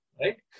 right